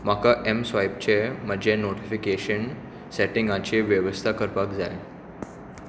म्हाका एमस्वायपचे म्हजें नोटीफिकेशन सेटिंगाची वेवस्था करपाक जाय